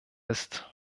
ist